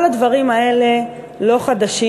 כל הדברים האלה לא חדשים,